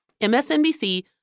MSNBC